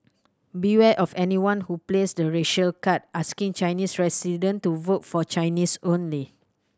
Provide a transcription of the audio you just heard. beware of anyone who plays the racial card asking Chinese resident to vote for Chinese only